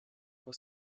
was